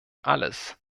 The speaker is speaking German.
alles